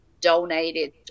donated